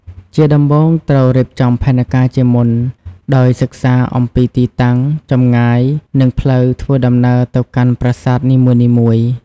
ជាដំបូងត្រូវរៀបចំផែនការជាមុន ដោយសិក្សាអំពីទីតាំង ចម្ងាយ និងផ្លូវធ្វើដំណើរទៅកាន់ប្រាសាទនីមួយៗ។